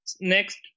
Next